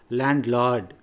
landlord